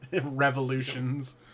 revolutions